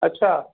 अच्छा